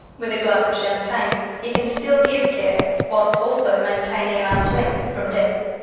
with a glass of champagne he can still give care whilst also maintaining an arm's length from death.